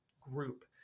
group